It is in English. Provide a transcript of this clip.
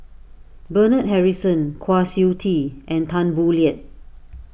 Bernard Harrison Kwa Siew Tee and Tan Boo Liat